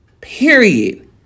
period